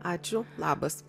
ačiū labas